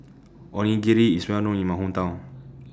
Onigiri IS Well known in My Hometown